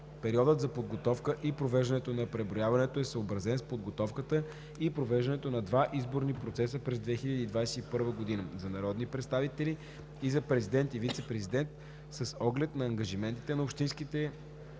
Периодът за подготовка и провеждане на преброяването е съобразен с подготовката и провеждането на два изборни процеса през 2021 г. – за народни представители, и за президент и вицепрезидент, с оглед на ангажиментите на общинските